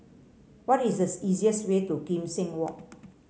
what is the easiest way to Kim Seng Walk